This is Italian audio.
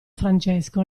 francesco